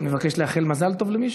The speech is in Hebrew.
מבקש לאחל מזל טוב למישהו?